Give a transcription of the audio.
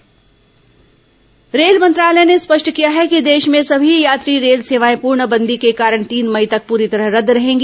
corona rail सेवाएं rail मंत्रालय ने स्पष्ट किया है कि देश में सभी यात्री रेल सेवाएं पूर्णबंदी के कारण तीन मई तक पूरी तरह रद्द रहेंगी